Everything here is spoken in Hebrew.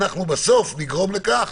אנחנו בסוף נגרום לכך